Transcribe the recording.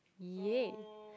yay